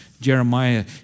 Jeremiah